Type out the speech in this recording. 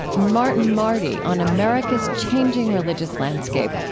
martin marty on america's changing religious landscape.